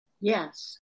Yes